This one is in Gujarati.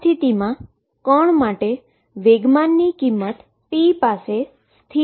આ સ્થિતિમા પાર્ટીકલ માટે મોમેન્ટમની કિંમત એ p પાસે સ્થિર થયેલ છે